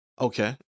Okay